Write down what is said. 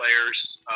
players